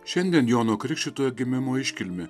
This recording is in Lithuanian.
šiandien jono krikštytojo gimimo iškilmė